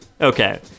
Okay